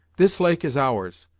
this lake is ours,